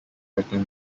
written